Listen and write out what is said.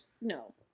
No